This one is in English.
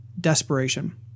desperation